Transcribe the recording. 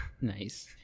nice